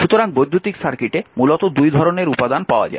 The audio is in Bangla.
সুতরাং বৈদ্যুতিক সার্কিটে মূলত 2 ধরনের উপাদান পাওয়া যায়